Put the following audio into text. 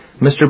Mr